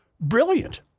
brilliant